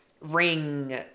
ring